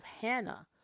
Hannah